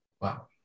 Wow